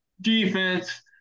defense